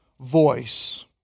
voice